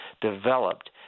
developed